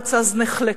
והארץ אז נחלקה,